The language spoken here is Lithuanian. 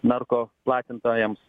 narko platintojams